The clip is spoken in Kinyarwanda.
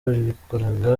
babikoraga